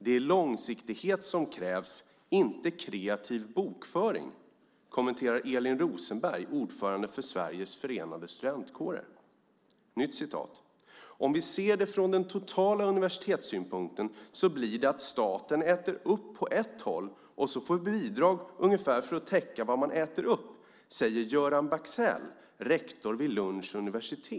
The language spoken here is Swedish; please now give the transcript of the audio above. Det är långsiktighet som krävs, inte kreativ bokföring', kommenterar Elin Rosenberg, ordförande för Sveriges Förenade Studentkårer ." Nytt citat: "'Om vi ser det från den totala universitetssynpunkten så blir det att staten äter upp på ett håll och så får vi bidrag ungefär för att täcka vad man äter upp', säger Göran Bexell, rektor vid Lunds universitet."